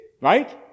Right